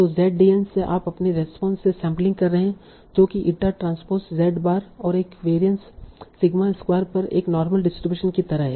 तो Zdn से आप अपनी रेस्पोंस से सैंपलिंग कर रहे हैं जो कि ईटा ट्रांस्पोस z बार और एक वेरिंस सिग्मा स्क्वायर पर एक नार्मल डिस्ट्रीब्यूशन की तरह है